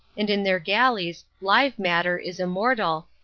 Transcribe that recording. and in their galleys live matter is immortal,